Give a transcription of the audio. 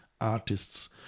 Artists